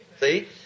See